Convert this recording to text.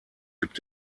gibt